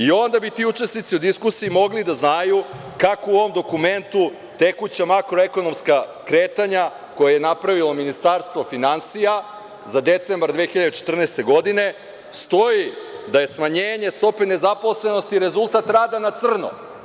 Onda bi ti učesnici u diskusiji mogli da znaju kako u ovom dokumentu tekuća makroekonomska kretanja koje je napravilo Ministarstvo finansija za decembar 2014. godine stoji da je smanjenje stope nezaposlenosti rezultat rada na crno.